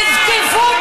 את לא אמיתית.